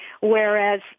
whereas